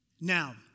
Now